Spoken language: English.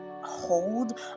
hold